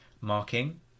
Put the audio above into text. marking